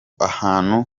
ahantu